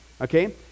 okay